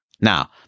Now